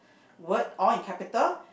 word all in capital